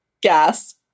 gas